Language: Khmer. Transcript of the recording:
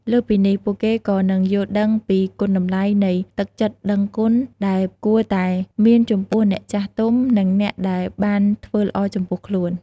លើសពីនេះ ពួកគេក៏នឹងយល់ដឹងពីគុណតម្លៃនៃទឹកចិត្តដឹងគុណដែលគួរតែមានចំពោះអ្នកចាស់ទុំ និងអ្នកដែលបានធ្វើល្អចំពោះខ្លួន។